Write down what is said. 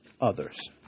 others